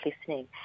listening